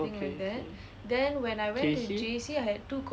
okay okay J_C